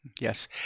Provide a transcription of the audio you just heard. yes